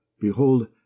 Behold